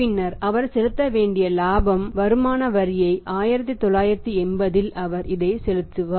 பின்னர் அவர் செலுத்த வேண்டிய இலாப வருமான வரியை 1980 இல் அவர் இதை செலுத்துவார்